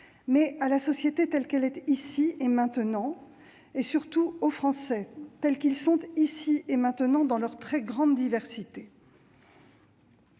mais à la société telle qu'elle est ici et maintenant, et surtout aux Français tels qu'ils sont ici et maintenant, dans leur très grande diversité.